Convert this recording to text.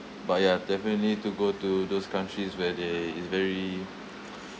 but ya definitely to go to those countries where they it's very